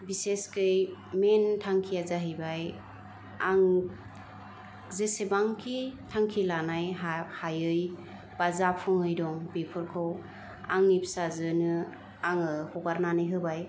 बिसेसकै मेन थांखिया जाहैबाय आं जेसेबांखि थांखि लानाय हायै बा जाफुङै दं बेफोरखौ आंनि फिसाजोनो आङो हगारनानै होबाय